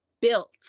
built